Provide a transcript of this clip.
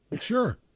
Sure